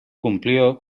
cumplió